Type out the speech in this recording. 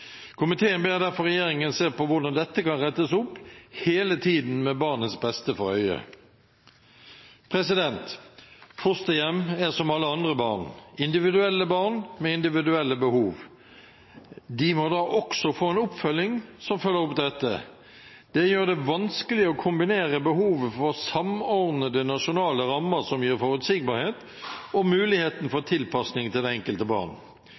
Komiteen ber derfor regjeringen se på hvordan dette kan rettes opp, hele tiden med barnets beste for øyet. Fosterbarn er som alle andre barn – individuelle barn med individuelle behov. De må da også få en oppfølging som følger opp dette. Det gjør det vanskelig å kombinere behovet for samordnede nasjonale rammer som gir forutsigbarhet, og muligheten for tilpasning til det enkelte barn.